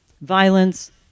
violence